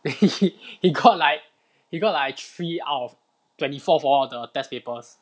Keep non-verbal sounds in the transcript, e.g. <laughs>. then he <laughs> he got like he got like three out of twenty four for all the test papers